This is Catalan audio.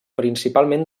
principalment